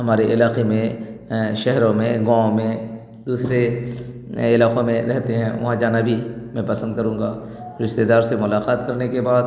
ہمارے علاقے میں شہروں میں گاؤں میں دوسرے علاقوں میں رہتے ہیں وہاں جانا بھی میں پسند کروں گا رشتے دار سے ملاقات کرنے کے بعد